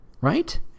right